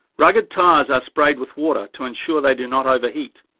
rugged tyres are sprayed with water to ensure they do not overheat.